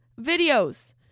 videos